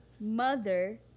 mother